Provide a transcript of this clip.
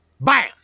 Bam